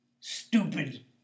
stupid